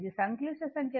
ఇది సంక్లిష్ట సంఖ్య